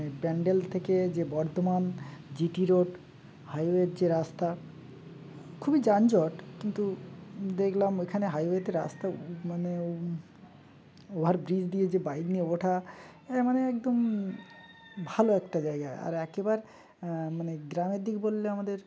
ব্যান্ডেল থেকে যে Bardhaman G T road হাইওয়ের যে রাস্তা খুবই যানজট কিন্তু দেখলাম ওইখানে হাইওয়েতে রাস্তা মানে ওভার ব্রিজ দিয়ে যে বাইক নিয়ে ওঠা মানে একদম ভালো একটা জায়গা আর একেবারে মানে গ্রামের দিক বললে আমাদের